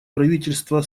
правительства